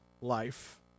life